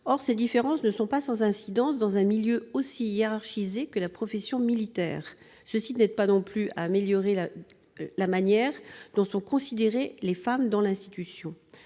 Or, ces différences ne sont pas sans incidence dans un milieu aussi hiérarchisé que la profession militaire. Cela n'aide pas à améliorer la manière dont sont considérées les femmes dans l'institution.